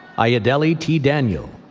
ayodele t. daniel,